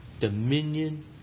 dominion